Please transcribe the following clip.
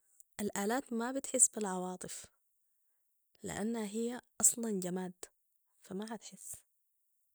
الالات ما بتحس بالعواطف لانها هي اصلاً جماد فما حتحس